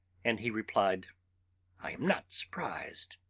and he replied i am not surprised.